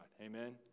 Amen